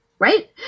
right